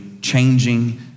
changing